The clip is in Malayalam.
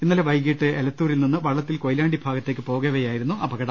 ഇന്നലെ വൈകിട്ട് എലത്തൂരിൽ നിന്ന് വള്ളത്തിൽ കൊയിലാണ്ടി ഭാഗത്തേക്ക് പോകവെയായിരുന്നു അപകടം